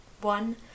One